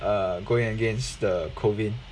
err going against the COVID